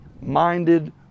minded